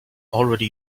already